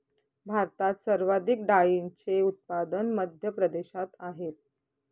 भारतात सर्वाधिक डाळींचे उत्पादन मध्य प्रदेशात आहेत